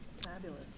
Fabulous